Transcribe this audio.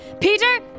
Peter